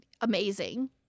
amazing